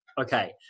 Okay